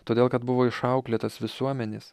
todėl kad buvo išauklėtas visuomenės